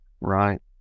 Right